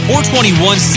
421